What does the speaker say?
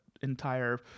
entire –